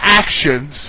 actions